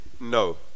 No